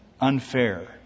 unfair